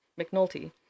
McNulty